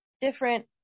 different